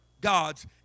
gods